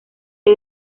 que